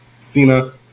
Cena